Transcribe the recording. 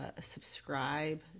subscribe